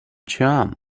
juan